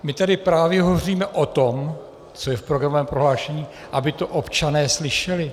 My tady právě hovoříme o tom, co je v programovém prohlášení, aby to občané slyšeli.